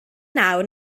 nawr